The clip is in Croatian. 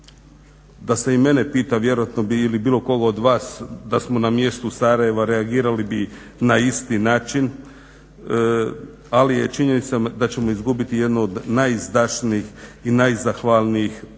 Da se i mene pita, vjerojatno bi ili bilo koga od vas da smo na mjestu Sarajeva reagirali bi na isti način. Ali je činjenica da ćemo izgubiti jednu od najizdašnijih i najzahvalnijih tržišta.